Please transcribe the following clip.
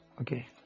Okay